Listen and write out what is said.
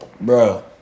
bro